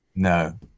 No